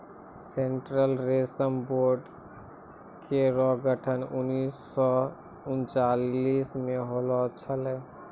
central रेशम board केरो गठन उन्नीस सौ अड़तालीस म होलो छलै